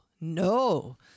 no